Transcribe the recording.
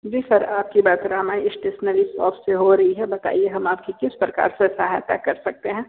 जी sir आप की बात रामा स्टेशनरी शॉप से हो रही है बताइए हम आपकी किस प्रकार से सहायता कर सकते हैं